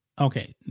Okay